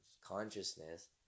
consciousness